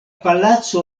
palaco